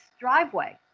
driveway